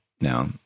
now